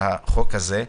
של החוק הזה,